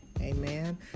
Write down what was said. Amen